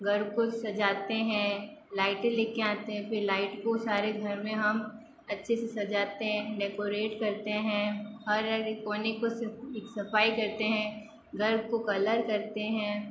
घर को सजाते हैं लाइटें लेके आते हैं फिर लाइट को सारे घर में हम अच्छे से सजाते हैं डेकोरेट करते हैं हर एक कोने को सफ़ सफ़ाई करते हैं घर को कलर करते हैं